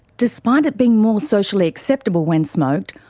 despite it being more socially acceptable when smoked,